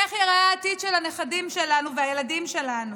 איך ייראה העתיד של הנכדים שלנו ושל הילדים שלנו?